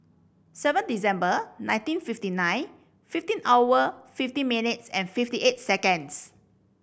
seven December nineteen fifty nine fifteen hour fifty minutes and fifty eight seconds